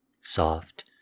Soft